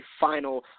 final